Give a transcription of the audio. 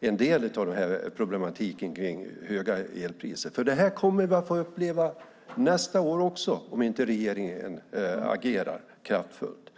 en del av problematiken kring höga elpriser. Det här kommer vi ju att få uppleva även nästa år om inte regeringen agerar kraftfullt.